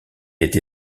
été